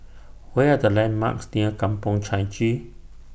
What Are The landmarks near Kampong Chai Chee